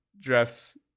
dress